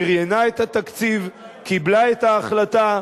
שריינה את התקציב, קיבלה את ההחלטה,